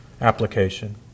application